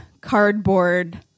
cardboard